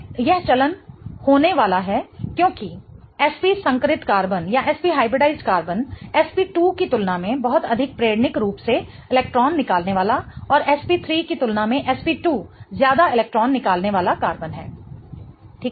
यह चलन होने वाला है क्योंकि sp संकरित कार्बन sp2 की तुलना में बहुत अधिक प्रेरणिक रूप से इलेक्ट्रान निकालने वाला और sp3 की तुलना में sp2 ज्यादा इलेक्ट्रान निकालने वाला कार्बन है ठीक है